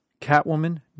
Catwoman